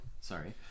Sorry